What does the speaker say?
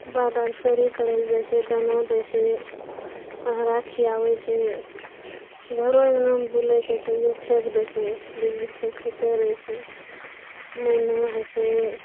बाध आर चरी करै लए जाइ छै दाना दै छै अहरा खियाबै छै घरो अङ्गनामे बुलै छै तैयो फेक दै छै बीछ बीछ कऽ खाइते रहै छै मैना होइ छै